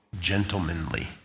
gentlemanly